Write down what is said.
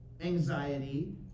anxiety